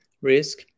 Risk